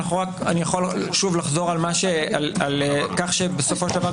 אני יכול שוב לחזור על כך שבסופו של דבר,